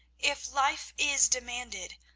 if life is demanded,